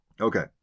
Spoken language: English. Okay